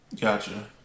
Gotcha